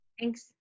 Thanks